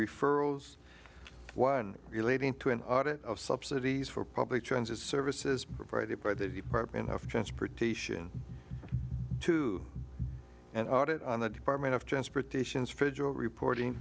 referrals one relating to an audit of subsidies for public transit services provided by the department of transportation to and audit on the department of transportation's federal reporting